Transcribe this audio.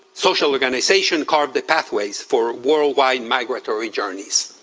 social organization carve the pathways for worldwide migratory journeys.